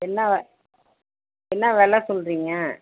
என்ன வ என்ன வெலை சொல்லுறிங்க